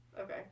Okay